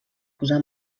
posar